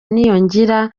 niyongira